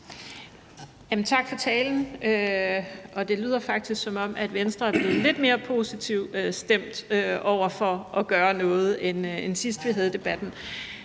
Tak for talen. Det lyder faktisk, som om Venstre er blevet lidt mere positivt stemt over for at gøre noget, end da vi sidst havde debatten.